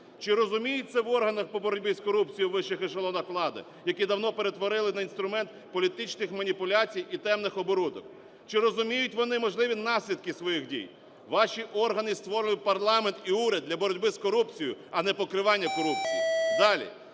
Чи розуміють це в органах по боротьбі з корупцією у вищих ешелонах влади, які давно перетворили на інструмент політичних маніпуляцій і темних оборудок? Чи розуміють вони можливі наслідки своїх дій? Ваші органи створені парламентом і урядом для боротьби з корупцією, а не покривання корупції. Далі.